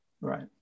right